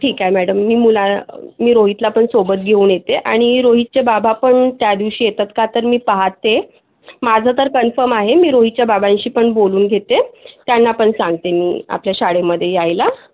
ठीक आहे मॅडम मी मुला मी रोहितला पण सोबत घेऊन येते आणि रोहितचे बाबा पण त्यादिवशी येतात का तर मी पाहते माझं तर कन्फम आहे मी रोहितच्या बाबांशी पण बोलून घेते त्यांना पण सांगते मी आपल्या शाळेमध्ये यायला